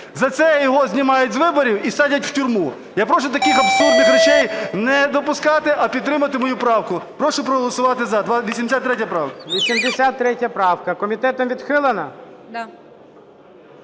За це його знімають з виборів і садять в тюрму. Я прошу таких абсурдних речей не допускати, а підтримати мою правку. Прошу проголосувати "за", 83 правка. ГОЛОВУЮЧИЙ. 83 правка комітетом відхилена?